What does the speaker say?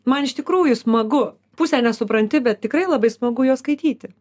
man iš tikrųjų smagu pusę nesupranti bet tikrai labai smagu juos skaityti